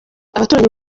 abaturanyi